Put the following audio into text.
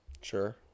Sure